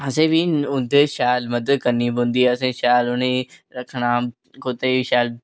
असें बी उं'दे शैल मदद करनी पौंदी उ'नें ई शैल रक्खना कुत्ते ई बी शैल